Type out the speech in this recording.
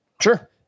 Sure